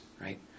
right